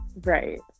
Right